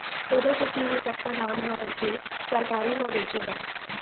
कोदो कुटकी के कतका दाम ह रइथे सरकारी म बेचे बर?